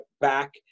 back